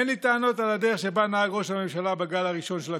אין לי טענות על הדרך שבה נהג ראש הממשלה בגל הראשון של הקורונה,